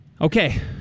Okay